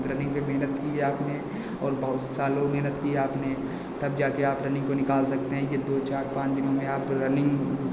running पर मेहनत की है आपने और बहुत सालों मेहनत की है आपने तब जाकर आप रनिंग को निकाल सकते हैं यह दो चार पाँच दिनों में आप रनिंग